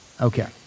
Okay